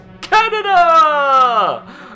Canada